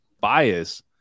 bias